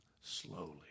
slowly